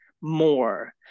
more